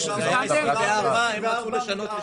הסכמה שלהם על 24 חודשים.